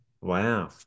Wow